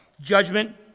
judgment